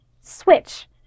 switch